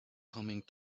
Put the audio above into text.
coming